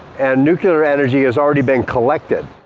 and nuclear energy has already been collected.